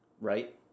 right